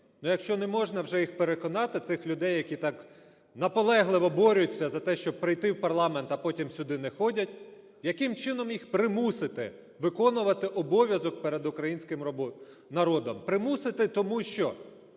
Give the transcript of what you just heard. якщо не можна вже їх переконати, цих людей, які так наполегливо борються за те, щоб пройти в парламент, а потім сюди не ходять, яким чином їх примусити виконувати обов'язок перед українським народом? Примусити, тому що